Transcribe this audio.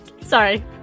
Sorry